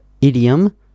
idiom